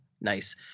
Nice